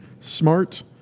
smart